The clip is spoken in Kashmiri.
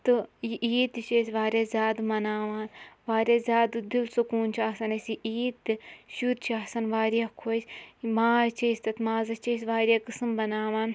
تہٕ یہِ عیٖد تہِ چھِ أسۍ واریاہ زیادٕ مَناوان واریاہ زیادٕ دِل سکوٗن چھُ آسان اسہِ یہِ عیٖد تہِ شُرۍ چھِ آسان واریاہ خۄش یہِ ماز چھِ أسۍ تَتھ مازَس چھِ أسۍ واریاہ قٕسٕم بَناوان